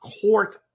court